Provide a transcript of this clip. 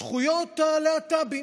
זכויות הלהט"בים.